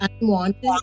unwanted